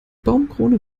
baumkrone